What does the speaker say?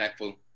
impactful